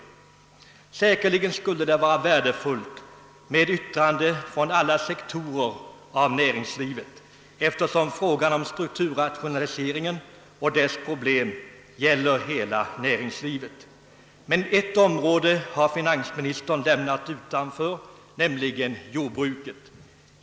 Det skulle säkerligen vara värdefullt med yttrande från alla sektorer av näringslivet, eftersom frågan om =<:strukturrationaliseringen och dess problem gäller hela näringslivet. Men ett område har finansministern lämnat utanför, nämligen jordbruket.